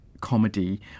comedy